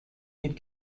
could